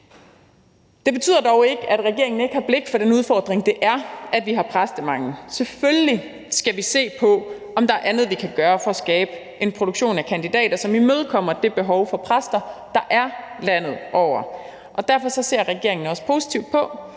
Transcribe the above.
Det betyder dog ikke, at regeringen ikke har blik for den udfordring, det er, at vi har præstemangel. Selvfølgelig skal vi se på, om der er andet, vi kan gøre, for at skabe en produktion af kandidater, som imødekommer det behov for præster, der er landet over. Og derfor ser regeringen også positivt på,